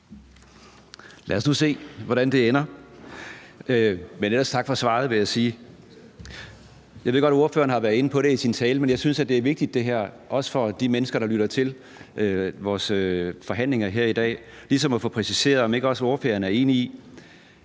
Lad os nu se, hvordan det ender. Men ellers tak for svaret, vil jeg sige. Jeg ved godt, at ordføreren har været inde på det i sin tale, men jeg synes, det er vigtigt – også for de mennesker, der lytter til vores forhandlinger her i dag – ligesom at få præciseret, om ikke også ordføreren er enig i,